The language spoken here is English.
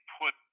put